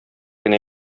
кенә